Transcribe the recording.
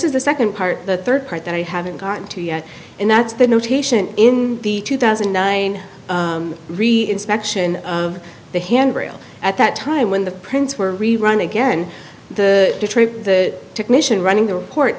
is the second part the third part that we haven't gotten to yet and that's the notation in the two thousand and nine re inspection of the handrail at that time when the prints were rerun again the detroit the technician running the report